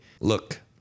look